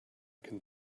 can